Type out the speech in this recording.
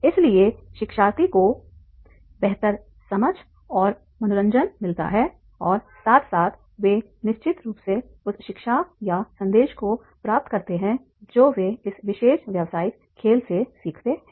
इसलिए शिक्षार्थियों को बेहतर समझ और मनोरंजन मिलता है और साथ साथ वे निश्चित रूप से उस शिक्षा या संदेश को प्राप्त करते हैं जो वे इस विशेष व्यावसायिक खेल से सीखते हैं